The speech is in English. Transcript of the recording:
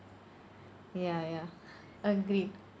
ya ya agreed